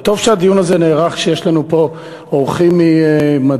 וטוב שהדיון הזה נערך כשיש לנו פה אורחים עם מדים.